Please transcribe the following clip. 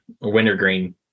wintergreen